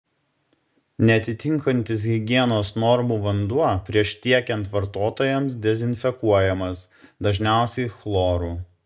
neatitinkantis higienos normų vanduo prieš tiekiant vartotojams dezinfekuojamas dažniausiai chloru